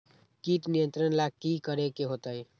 किट नियंत्रण ला कि करे के होतइ?